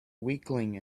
weakling